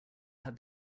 had